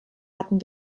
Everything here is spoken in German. hatten